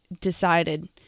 decided